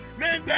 man